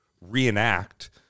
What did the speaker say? reenact-